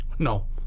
no